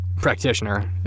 practitioner